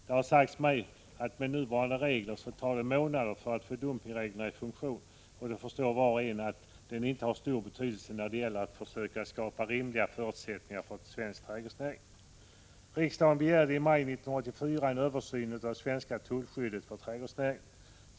Det har sagts mig att med nuvarande regler tar det månader för att få dumpningreglerna i funktion, och då förstår var och en att de inte har stor betydelse när det gäller att försöka skapa rimliga förutsättningar för svensk trädgårdsnäring.